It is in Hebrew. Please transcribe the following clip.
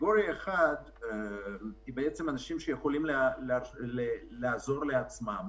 אלה שיכולים לעזור לעצמם,